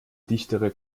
dichtere